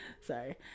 sorry